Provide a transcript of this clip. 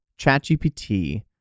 ChatGPT